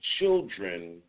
children